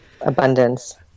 abundance